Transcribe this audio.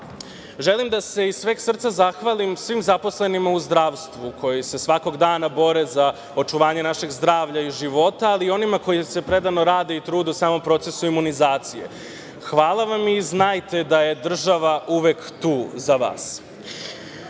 da se iz sveg srca zahvalim svim zaposlenima u zdravstvu koji se svakog dana bore za očuvanje našeg zdravlja i života, ali i onima koji predano rade i trude u samom procesu imunizacije. Hvala vam i znajte da je država uvek tu za vas.Za